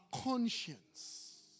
conscience